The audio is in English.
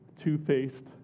two-faced